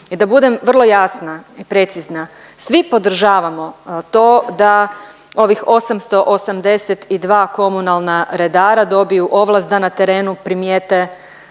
I da budem vrlo jasna i precizna, svi podržavamo to da ovih 882 komunalna redara dobiju ovlast da na terenu primijete